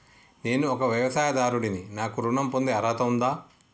నేను ఒక వ్యవసాయదారుడిని నాకు ఋణం పొందే అర్హత ఉందా?